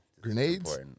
Grenades